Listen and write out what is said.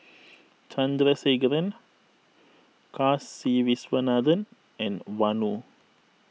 Chandrasekaran Kasiviswanathan and Vanu